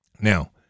Now